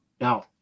Now